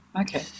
Okay